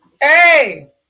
Hey